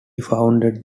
founded